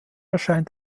erscheint